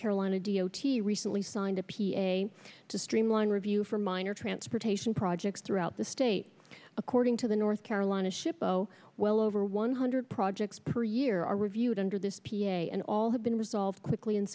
carolina d o t recently signed a p a to streamline review for minor transportation projects throughout the state according to the north carolina ship oh well over one hundred projects per year are reviewed under this p a and all have been resolved quickly and